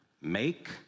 make